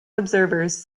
observers